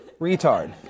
Retard